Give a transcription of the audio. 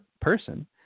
person